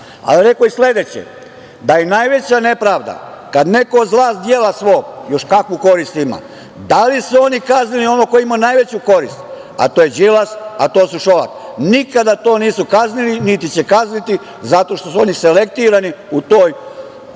je rekao i sledeće - da je najveća nepravda kad neko od zla dela svog još kakvu korist ima. Da li su oni kaznili onog koji je imao najveću korist, a to je Đilas, a to je Šolak? Nikada to nisu kaznili, niti će kazniti, zato što su oni selektirani u toj